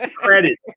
Credit